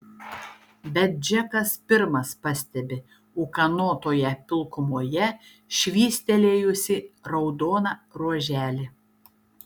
bet džekas pirmas pastebi ūkanotoje pilkumoje švystelėjusį raudoną ruoželį